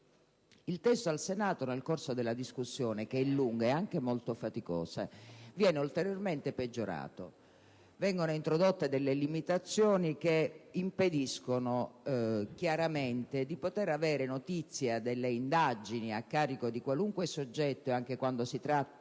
Il testo al Senato, nel corso della discussione (che è lunga e anche molto faticosa), viene ulteriormente peggiorato. Vengono introdotte limitazioni che impediscono chiaramente di poter avere notizia delle indagini a carico di qualunque soggetto, anche quando si tratti